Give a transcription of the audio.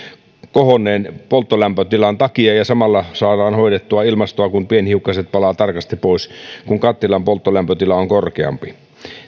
kohonneen polttolämpötilan takia ja samalla saadaan hoidettua ilmastoa kun pienhiukkaset palavat tarkasti pois kun kattilan polttolämpötila on korkeampi